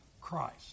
Christ